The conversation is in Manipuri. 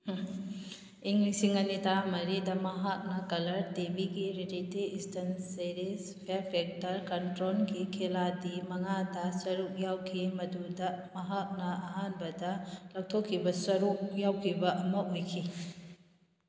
ꯏꯪ ꯂꯤꯁꯤꯡ ꯑꯅꯤ ꯇꯔꯥꯃꯔꯤꯗ ꯃꯍꯥꯛꯅ ꯀꯂꯔ ꯇꯤꯚꯤꯒꯤ reality Eastern series Fear Factor ꯀꯟꯇ꯭ꯔꯣꯜꯒꯤ ꯈꯦꯂꯥꯗꯤ ꯃꯉꯥꯗ ꯁꯔꯨꯛ ꯌꯥꯎꯈꯤ ꯃꯗꯨꯗ ꯃꯍꯥꯛꯅ ꯑꯍꯥꯟꯕꯗ ꯂꯧꯊꯣꯛꯈꯤꯕ ꯁꯔꯨꯛ ꯌꯥꯎꯈꯤꯕ ꯑꯃ ꯑꯣꯏꯈꯤ